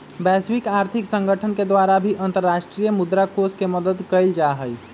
वैश्विक आर्थिक संगठन के द्वारा भी अन्तर्राष्ट्रीय मुद्रा कोष के मदद कइल जाहई